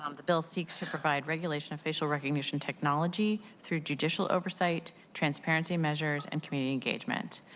um the bill seeks to provide regulation, of facial recognition technology through judicial oversight, transparency measures, and community engagement.